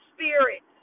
Spirit